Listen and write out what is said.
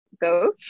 go